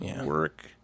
work